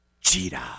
Cheetah